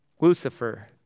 Lucifer